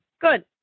good